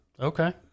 okay